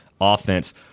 offense